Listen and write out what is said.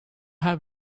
have